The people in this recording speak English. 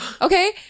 Okay